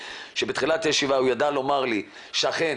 שבתחילת הישיבה הוא ידע לומר לי שאכן